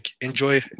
enjoy